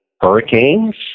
hurricanes